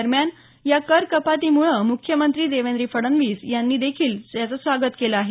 दरम्यान या कर कपाती मुख्यमंत्री देवेंद्र फडणवीस यांनी देखील स्वागत केलं आहे